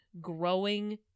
growing